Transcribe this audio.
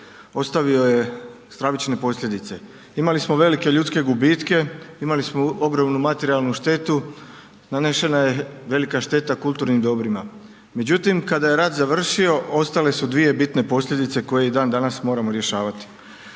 ostavio je stravične posljedice. Imali smo velike ljudske gubitke, imali smo ogromnu materijalnu štetu, nanesena je velika šteta kulturnim dobrima. Međutim, kada je rat završio, ostale su dvije bitne posljedice, koje i dan danas moramo rješavati,